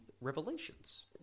Revelations